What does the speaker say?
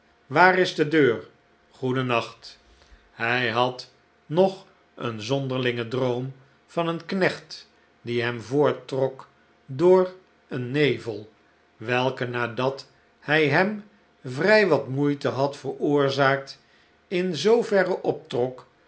waar is de deur g oedennacht hij had nog een zonderlingen droom van een knecht die hem voorttrok door een nevel welke nadat hij hem vrij wat moeite had veroorzaakt in zooverre